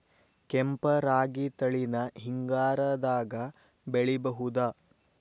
ಕೆಂಪ ರಾಗಿ ತಳಿನ ಹಿಂಗಾರದಾಗ ಬೆಳಿಬಹುದ?